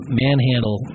manhandle